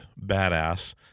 badass